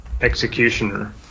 Executioner